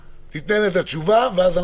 חבר'ה,